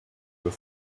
that